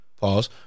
Pause